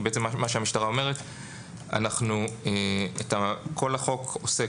כאשר בעצם המשטרה אומרת שכל החוק עוסק,